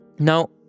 Now